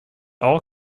all